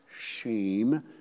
shame